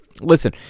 Listen